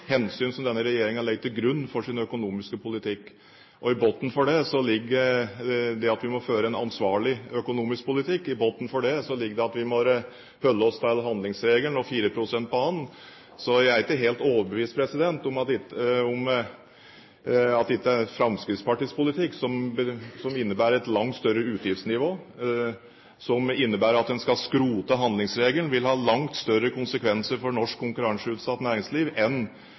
hensyn som denne regjeringen legger til grunn for sin økonomiske politikk. I bunnen for det ligger at vi må føre en ansvarlig økonomisk politikk, og i bunnen for det ligger det at vi må holde oss til handlingsregelen og 4 pst.-banen. Så jeg er ikke helt overbevist om at ikke Fremskrittspartiets politikk, som innebærer et langt høyere utgiftsnivå og at en skal skrote handlingsregelen, vil ha langt større konsekvenser for norsk konkurranseutsatt næringsliv enn